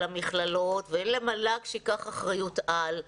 למכללות ולמועצה להשכלה גבוהה שייקח אחריות-על,